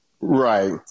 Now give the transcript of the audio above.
Right